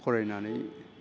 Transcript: फरायनानै